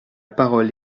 parole